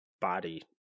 body